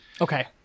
Okay